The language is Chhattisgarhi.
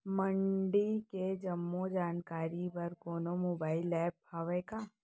मंडी के जम्मो जानकारी बर कोनो मोबाइल ऐप्प हवय का?